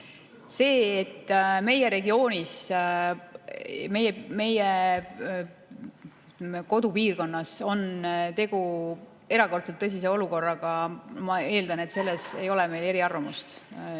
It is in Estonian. Et meie regioonis, meie kodupiirkonnas on tegu erakordselt tõsise olukorraga – ma eeldan, et selles ei ole meil eriarvamust.